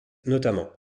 notamment